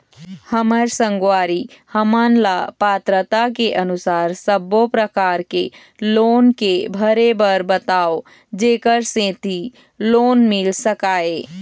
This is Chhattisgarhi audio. हमर संगवारी हमन ला पात्रता के अनुसार सब्बो प्रकार के लोन के भरे बर बताव जेकर सेंथी लोन मिल सकाए?